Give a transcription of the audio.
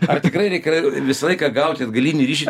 ar tikrai reikia rai visą laiką gauti atgalinį ryšį